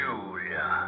Julia